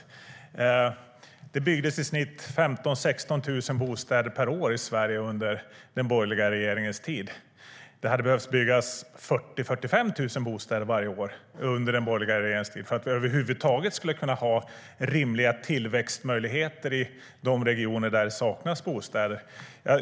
Det byggdes i snitt 15 000-16 000 bostäder per år i Sverige under den borgerliga regeringens tid. Det hade behövt byggas 40 000-45 000 bostäder varje år under den borgerliga regeringens tid för att vi över huvud taget skulle kunna ha rimliga tillväxtmöjligheter i de regioner där det saknas bostäder.